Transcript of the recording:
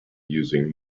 using